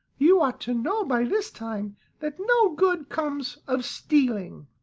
you ought to know by this time that no good comes of stealing.